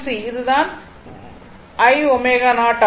இது தான் l ω0 ஆகும்